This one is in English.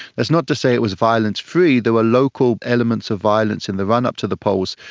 that's not to say it was violence free. there were local elements of violence in the run-up to the polls,